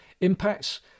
impacts